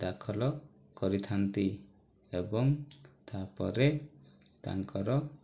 ଦାଖଲ କରିଥାନ୍ତି ଏବଂ ତାପରେ ତାଙ୍କର